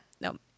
no